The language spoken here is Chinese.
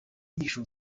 艺术